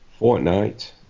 Fortnite